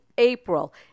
April